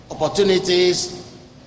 opportunities